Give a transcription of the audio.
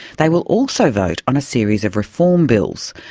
they will also vote on a series of reform bills,